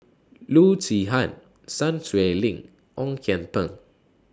Loo Zihan Sun Xueling Ong Kian Teng